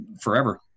forever